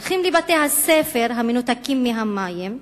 הולכים לבתי-הספר המנותקים מהמים.